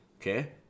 okay